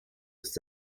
ist